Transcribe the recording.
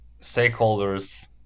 stakeholders